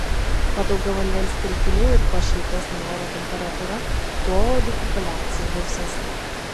kuo daugiau vandens telkinių ir kuo šiltesnė oro temperatūra tuo uodų populiacija gausesnė